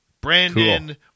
Brandon